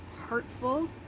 hurtful